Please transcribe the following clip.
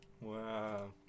Wow